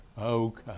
Okay